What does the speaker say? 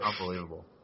Unbelievable